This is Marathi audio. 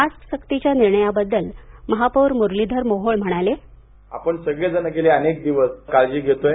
मास्क सक्तीच्या निर्णयाबद्दल बद्दल महापौर मुरलीधर मोहोळ म्हणाले आपण सगळेजण गेले अनेक दिवस काळजी घेतोय